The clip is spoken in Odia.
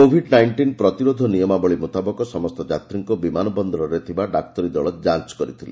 କୋଭିଡ୍ ନାଇଷ୍ଟିନ୍ ପ୍ରତିରୋଧ ନିୟମାବଳୀ ମୁତାବକ ସମସ୍ତ ଯାତ୍ରୀଙ୍କୁ ବିମାନ ବନ୍ଦରରେ ଥିବା ଡାକ୍ତରୀ ଦଳ ଯାଞ୍ କରିଥିଲେ